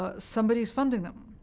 ah somebody's funding them,